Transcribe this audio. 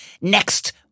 next